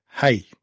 hey